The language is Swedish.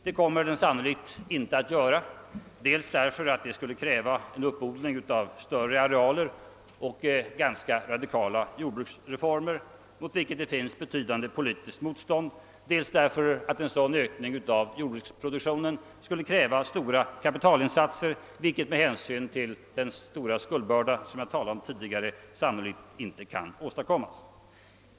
Det kommer den sannolikt inte att göra dels därför att det skulle kräva en uppodling av större arealer och ganska radikala jordbruksreformer, mot vilket det finns betydande politiskt motstånd, dels därför att en sådan ökning av jordbruksproduktionen skulle kräva stora kapitalinsatser som med hänsyn till den stora skuldbördan, som jag tidigare talat om, sannolikt inte kan åstadkommas.